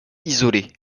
isolée